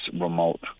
remote